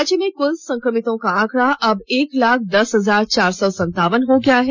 राज्य में कुल संक्रमितों की आंकड़ा अब एक लाख दस हजार चार सौ संतावन हो गया है